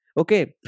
okay